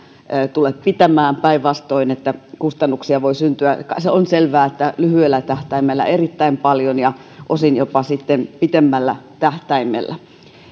tule pitämään päinvastoin kustannuksia voi syntyä ja on selvää että lyhyellä tähtäimellä erittäin paljon ja osin jopa sitten pitemmällä tähtäimellä